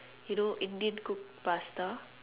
you know Indian cooked pasta